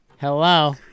Hello